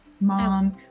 mom